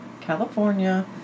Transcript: California